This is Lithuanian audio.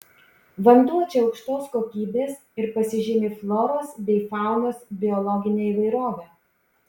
vanduo čia aukštos kokybės ir pasižymi floros bei faunos biologine įvairove